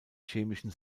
chemischen